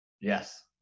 Yes